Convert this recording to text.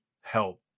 help